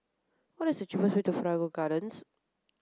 what is the cheapest way to Figaro Gardens